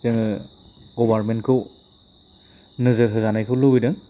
जोङो गभार्नमेन्टखौ नोजोर होजानायखौ लुबैदों